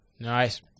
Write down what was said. Nice